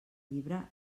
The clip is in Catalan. llibre